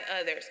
others